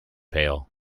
pail